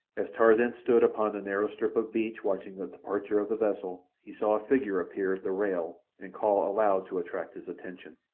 as tarzan stood upon the narrow strip of beach watching the departure of the vessel he saw a figure appear at the rail and call aloud to attract his attention.